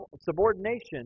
subordination